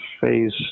phase